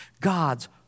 God's